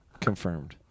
Confirmed